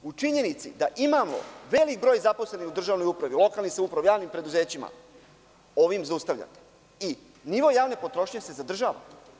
U činjenici da imamo veliki broj zaposlenih u državnoj upravi, lokalnoj samoupravi, javnim preduzećima ovim zaustavljamo i nivo javne potrošnje se zadržava.